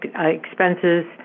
expenses